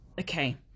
okay